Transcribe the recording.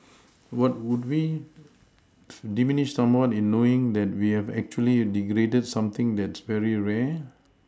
what would we diminished somewhat in knowing that we've actually degraded something that's very rare